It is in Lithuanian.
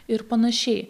ir panašiai